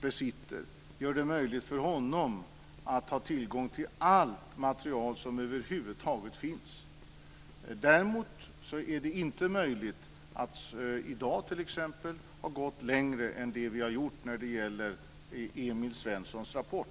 besitter, gör det möjligt för honom att ha tillgång till allt material som över huvud taget finns. Däremot var det inte möjligt att i dag gå längre än vad vi har gjort när det gäller Emil Svenssons rapport.